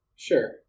Sure